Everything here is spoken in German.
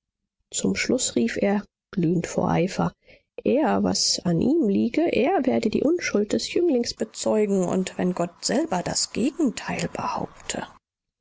zum schluß rief er glühend vor eifer er was an ihm liege er werde die unschuld des jünglings bezeugen und wenn gott selber das gegenteil behaupte